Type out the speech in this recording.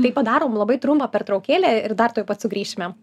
tai padarom labai trumpą pertraukėlę ir dar tuoj pat sugrįšime